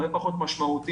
הרבה פחות משמעותיים.